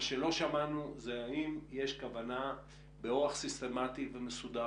מה שלא שמענו הוא האם יש כוונה באורח סיסטמתי ומסודר